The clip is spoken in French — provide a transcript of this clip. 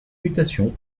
mutation